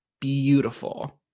beautiful